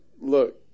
look